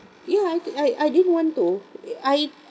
ya I I I didn't want to I